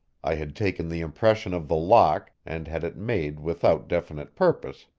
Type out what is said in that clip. i had taken the impression of the lock and had it made without definite purpose,